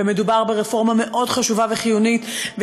ומדובר ברפורמה חשובה וחיונית מאוד,